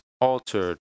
altered